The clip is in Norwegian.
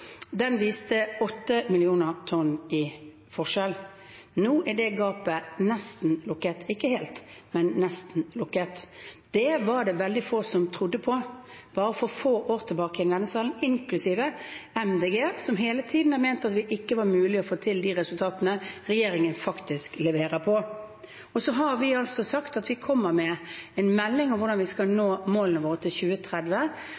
Den viste 8 millioner tonn i forskjell. Nå er det gapet nesten lukket – ikke helt, men nesten lukket. Det var det veldig få i denne salen som trodde på bare få år tilbake, inklusive MDG, som hele tiden har ment at det ikke var mulig å få til de resultatene regjeringen faktisk leverer på. Vi har sagt at vi kommer med en melding før jul om hvordan vi skal